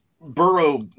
Burrow